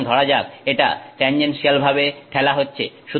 সুতরাং ধরা যাক এটা ট্যানজেনসিয়ালভাবে ঠেলা হচ্ছে